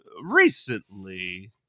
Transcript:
recently